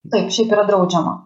taip šiaip yra draudžiama